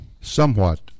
Somewhat